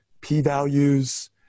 p-values